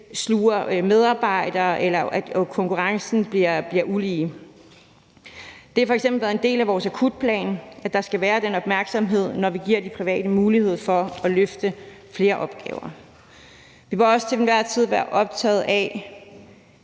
sluger medarbejdere eller konkurrencen bliver ulige. Det har f.eks. været en del af vores akutplan, at der skal være den opmærksomhed, når vi giver de private mulighed for at løfte flere opgaver. Vi vil også til enhver tid være optaget af,